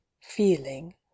feeling